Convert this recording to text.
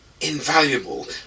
invaluable